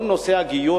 כל נושא הגיור,